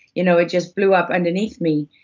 you know it just blew up underneath me.